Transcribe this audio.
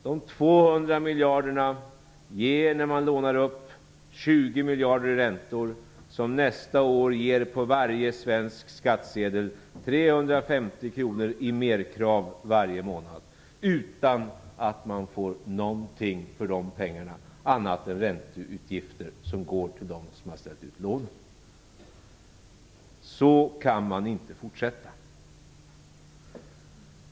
De 200 miljarderna ger när man lånar upp dem 20 miljarder i räntor som nästa år ger på varje svensk skattsedel 350 kr i merkrav varje månad utan att man får någonting för de pengarna, bara ränteutgifter som går till dem som ställt ut lånen. Så kan man inte fortsätta.